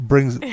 Brings